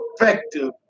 effective